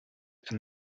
and